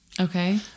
Okay